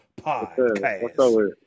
podcast